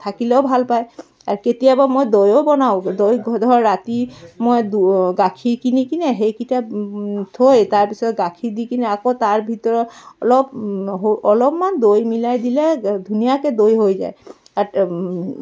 থাকিলেও ভাল পায় আৰু কেতিয়াবা মই দৈও বনাওঁ দৈ ঘ ধৰ ৰাতি মই দ গাখীৰ কিনি কিনে সেইকেইটা থৈ তাৰপিছত গাখীৰ দি কিনে আকৌ তাৰ ভিতৰত অলপ অলপমান দৈ মিলাই দিলে ধুনীয়াকৈ দৈ হৈ যায় আত